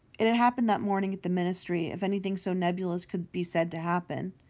it had happened that morning at the ministry, if anything so nebulous could be said to happen.